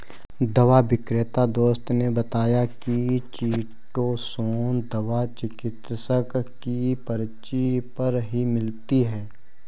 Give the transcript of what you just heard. दवा विक्रेता दोस्त ने बताया की चीटोसोंन दवा चिकित्सक की पर्ची पर ही मिलती है